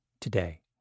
today